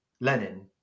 Lenin